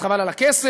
אז חבל על הכסף,